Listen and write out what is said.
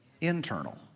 internal